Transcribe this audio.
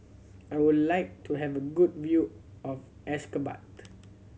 I would like to have a good view of Ashgabat